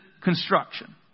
construction